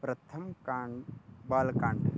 प्रथमकाण्डः बालकाण्डः